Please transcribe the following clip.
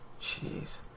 Jeez